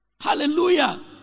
Hallelujah